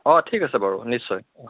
অঁ ঠিক আছে বাৰু নিশ্চয় অঁ